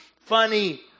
funny